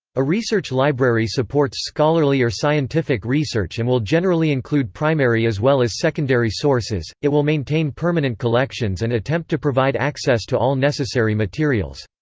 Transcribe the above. a research library supports scholarly or scientific research and will generally include primary as well as secondary sources it will maintain permanent collections and attempt to provide access to all necessary materials.